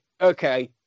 Okay